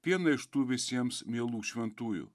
vieną iš tų visiems mielų šventųjų